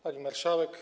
Pani Marszałek!